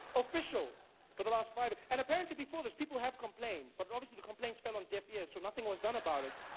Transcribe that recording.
official for the last five years and apparently before this people have complained but obviously the complaint fell on deaf ears so nothing was done about it.